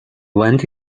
went